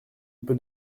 peut